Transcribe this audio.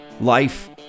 life